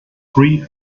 three